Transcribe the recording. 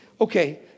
Okay